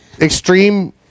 extreme